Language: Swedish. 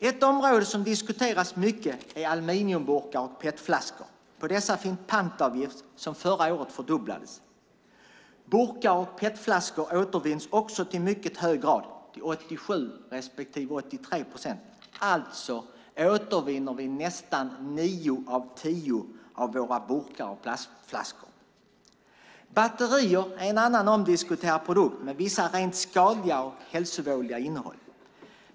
Ett område som diskuteras mycket är aluminiumburkar och petflaskor. På dessa finns en pantavgift som förra året fördubblades. Burkar och petflaskor återvinns också i mycket hög grad, till 87 procent respektive 83 procent. Vi återvinner alltså nästan nio av tio av våra burkar och plastflaskor. Batterier är en annan omdiskuterad produkt med vissa rent skadliga och hälsovådliga innehåll.